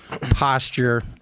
posture